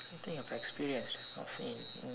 something I've experienced or seen